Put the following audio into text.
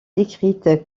décrite